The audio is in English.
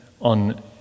on